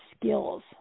skills